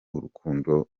urukundo